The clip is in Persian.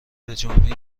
بجنبین